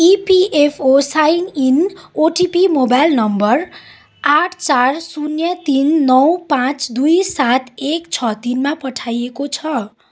EPFO sign in OTP mobile number आठ चार शून्य तिन नौ पाँच दुई सात एक छ तिनमा पठाइएको छ